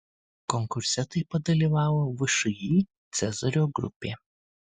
konkurse taip pat dalyvavo všį cezario grupė